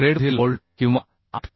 6 ग्रेडमधील बोल्ट किंवा 8